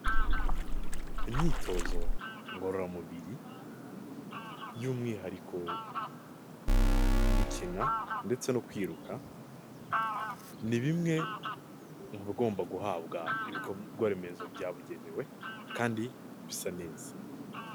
Imyitozo ngororamubiri by'umwihariko gukina ndetse no kwiruka, ni bimwe mu bigomba guhabwa ibikorwa remezo byabugenewe kandi bisa neza.